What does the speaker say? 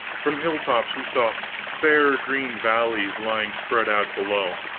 from hilltops we saw fair green valleys lying spread out below,